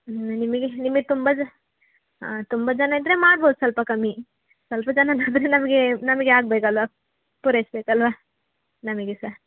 ಹಾಂ ನಿಮಗೆ ನಿಮಿಗೆ ತುಂಬ ಜ ತುಂಬ ಜನ ಇದ್ದರೆ ಮಾಡ್ಬೋದು ಸ್ವಲ್ಪ ಕಮ್ಮಿ ಸ್ವಲ್ಪ ಜನ ನಮಗೆ ನಮಗೆ ಆಗಬೇಕಲ್ವಾ ಪೂರೈಸಬೇಕಲ್ವಾ ನಮಗೆ ಸಹ